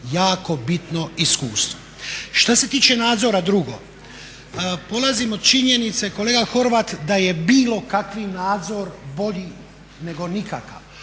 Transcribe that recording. jako bitno iskustvo. Što se tiče nadzora drugo, polazim od činjenice kolega Horvat da je bilo kakvi nadzor bolji nego nikakav